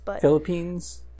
Philippines